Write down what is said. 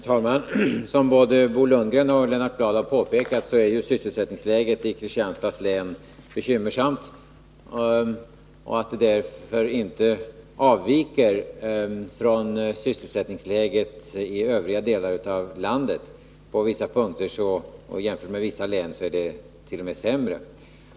Herr talman! Som Bo Lundgren och Lennart Bladh har påpekat är sysselsättningsläget i Kristianstads län bekymmersamt. Det avviker därför inte från sysselsättningsläget i övriga delar av landet. En jämförelse visar att läget vissa andra länt.o.m. är sämre.